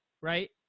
Right